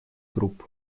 групп